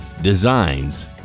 Designs